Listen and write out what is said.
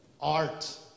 art